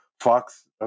Fox